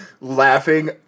laughing